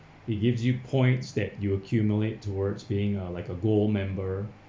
it gives you points that you accumulate towards being uh like a gold member